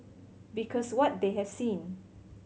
because what they have seen